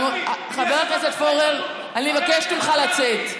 חבר הכנסת פורר, אני מבקשת ממך לצאת.